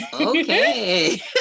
okay